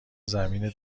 زمین